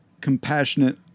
compassionate